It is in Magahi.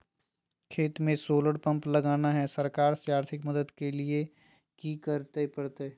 खेत में सोलर पंप लगाना है, सरकार से आर्थिक मदद के लिए की करे परतय?